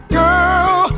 girl